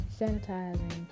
Sanitizing